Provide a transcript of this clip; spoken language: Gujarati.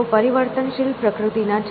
તેઓ પરિવર્તનશીલ પ્રકૃતિના છે